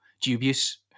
dubious